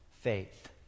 faith